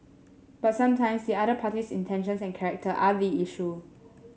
but sometimes the other party's intentions and character are the issue